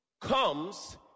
Comes